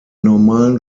normalen